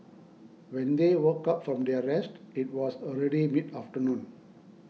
when they woke up from their rest it was already mid afternoon